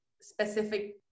specific